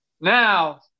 now